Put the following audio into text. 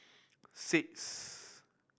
six